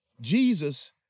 Jesus